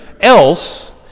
else